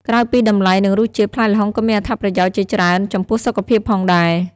ក្រៅពីតម្លៃ និងរសជាតិ ផ្លែល្ហុងក៏មានអត្ថប្រយោជន៍ជាច្រើនចំពោះសុខភាពផងដែរ។